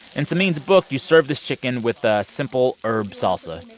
in samin's book, you serve this chicken with a simple herb salsa.